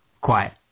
Quiet